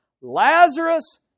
Lazarus